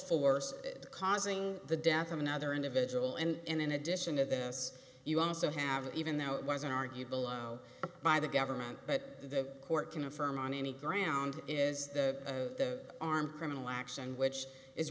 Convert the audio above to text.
force causing the death of another individual and in addition to this you also have even though it wasn't argued below by the government but the court can affirm on any ground is the armed criminal action which is